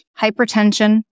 hypertension